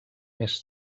més